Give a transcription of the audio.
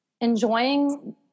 enjoying